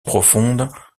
profondes